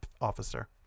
Officer